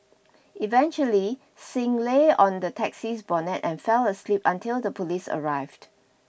eventually Singh lay on the taxi's bonnet and fell asleep until the police arrived